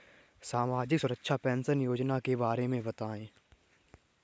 सामाजिक सुरक्षा पेंशन योजना के बारे में बताएँ?